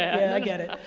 i get it.